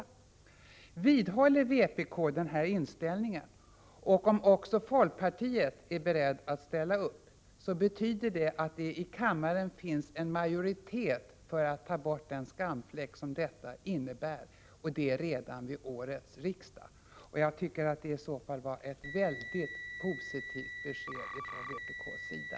Om vpk vidhåller denna inställning och om också folkpartiet är berett att ställa upp, betyder det att det i kammaren finns en majoritet för att ta bort den skamfläck som detta innebär — och det redan under innevarande riksmöte. Det var i så fall ett mycket positivt besked från vpk:s sida.